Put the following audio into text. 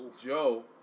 Joe